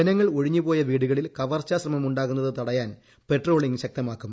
ജനങ്ങൾ ഒഴിഞ്ഞുപോയ വീടുകളിൽ കവർച്ചാ ശ്രമമുണ്ടാകുന്നത് തടയാൻ പട്രോളിംഗ് ശക്തമാക്കും